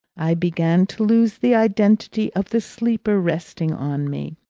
i began to lose the identity of the sleeper resting on me.